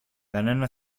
κανένα